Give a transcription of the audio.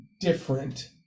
different